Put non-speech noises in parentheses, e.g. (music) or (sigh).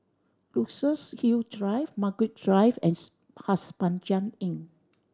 Luxus Hill Drive Margaret Drive and (unintelligible) Pasir Panjang Inn